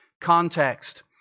context